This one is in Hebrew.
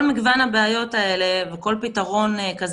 כל מגוון הבעיות האלה וכל פתרון כזה